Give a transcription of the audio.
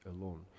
alone